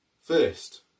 First